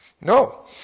No